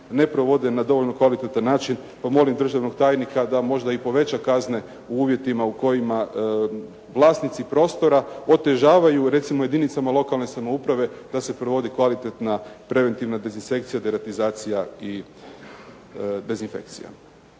ne provode na dovoljno kvalitetan način. Pa molim državnog tajnika da možda i poveća kazne u uvjetima u kojima vlasnici prostora otežavaju recimo jedinicama lokalne samouprave da se provodi kvalitetna dezinsekcija, deratizacija i dezinfekcija.